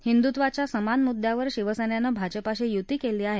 हिंदुत्वाच्या समान मुद्यावर शिवसर्त्सीभाजपाशी युती कली आह